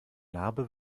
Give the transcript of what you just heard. narbe